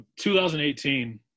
2018